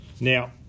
Now